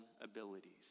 abilities